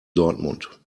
dortmund